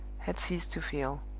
had ceased to feel.